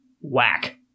whack